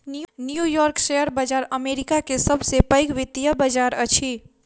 new York share बाजार America के सब से पैघ वित्तीय बाजार अछि